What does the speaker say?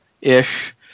ish